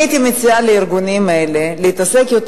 אני הייתי מציעה לארגונים האלה להתעסק יותר,